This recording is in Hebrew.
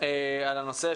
על הנושא.